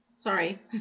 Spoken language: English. sorry